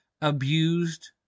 abused